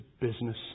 business